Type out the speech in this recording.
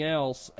else